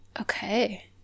Okay